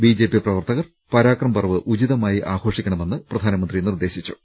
B J P പ്രവർത്തകർ പാരാക്രം പർവ് ഉചിതമായി ആഘോഷിക്കണമെന്ന് പ്രധാനമന്ത്രി നിർദ്ദേശിച്ചു